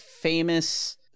famous